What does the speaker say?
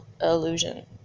illusion